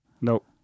Nope